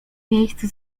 miejscu